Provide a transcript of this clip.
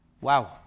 Wow